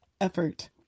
effort